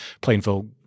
Plainville